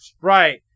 right